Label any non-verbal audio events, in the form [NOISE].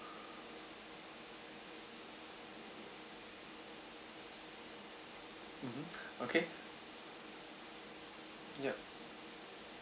mmhmm [BREATH] okay ya